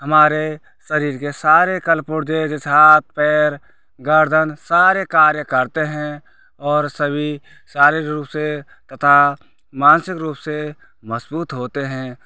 हमारे शरीर के सारे कल पुर्जे जैसे कि हाथ पैर गर्दन सभी कार्य करते हैं और सभी शारीरिक रूप से तथा मानसिक रूप से मजबूत होते हैं